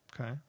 Okay